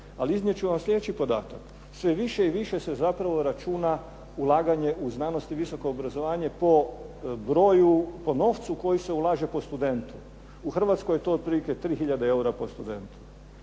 Ali iznijet ću vam slijedeći podatak. Sve više i više se zapravo računa ulaganje u znanost i visoko obrazovanje po broju, po novcu koji se ulaže po studentu. U Hrvatskoj je to otprilike 3 hiljade eura po studentu.